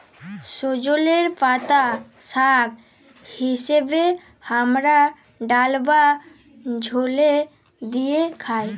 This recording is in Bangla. সজলের পাতা শাক হিসেবে হামরা ডাল বা ঝলে দিয়ে খাই